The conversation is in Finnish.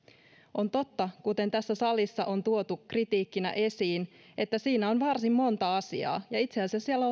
on totta kuten tässä salissa on tuotu kritiikkinä esiin että siinä on varsin monta asiaa ja itse asiassa siellä